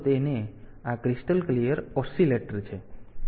તેથી આ crystal oscillator ત્યાં છે